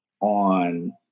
on